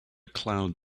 cloud